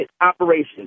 operation